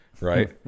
right